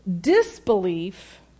Disbelief